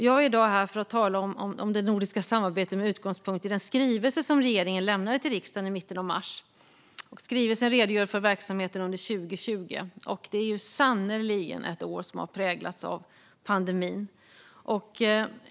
Jag är i dag här för att tala om det nordiska samarbetet med utgångspunkt i den skrivelse som regeringen lämnade till riksdagen i mitten av mars. Skrivelsen redogör för verksamheten under 2020, vilket sannerligen var ett år som präglades av pandemin.